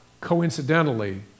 coincidentally